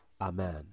Amen